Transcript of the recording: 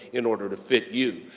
in order to fit you.